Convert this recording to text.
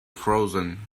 frozen